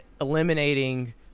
eliminating